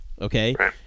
Okay